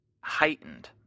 heightened